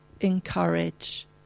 encourage